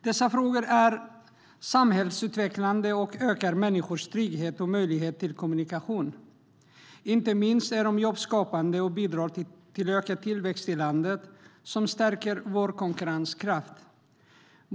Dessa frågor är samhällsutvecklande och ökar människors trygghet och möjlighet till kommunikation. Inte minst är de jobbskapande och bidrar till ökad tillväxt i landet och stärker vår konkurrenskraft.